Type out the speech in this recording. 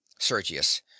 sergius